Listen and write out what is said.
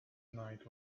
night